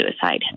suicide